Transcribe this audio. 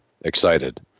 excited